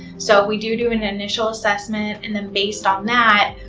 so, we do do an initial assessment and then based on that,